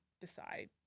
decide